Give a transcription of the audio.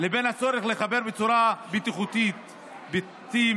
לבין הצורך לחבר בצורה בטיחותית בתים